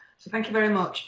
so, thank you very much.